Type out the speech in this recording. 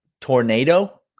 Tornado